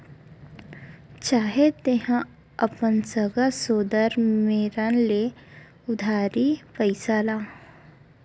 चाहे तेंहा अपन सगा सोदर मेरन ले उधारी म पइसा ला